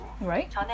Right